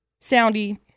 soundy